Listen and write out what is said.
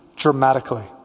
Dramatically